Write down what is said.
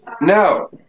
no